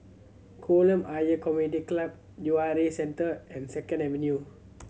Kolam Ayer Community Club U R A Centre and Second Avenue